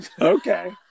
Okay